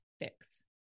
fix